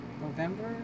November